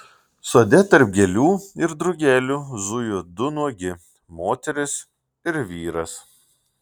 sode tarp gėlių ir drugelių zujo du nuogi moteris ir vyras